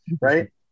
right